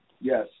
Yes